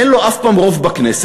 אין לו אף פעם רוב בכנסת,